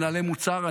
מנהלי מוצר,